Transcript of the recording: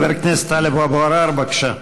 חבר הכנסת טלב אבו עראר, בבקשה.